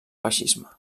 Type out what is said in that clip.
feixisme